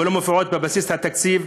ולא מופיעות בבסיס התקציב,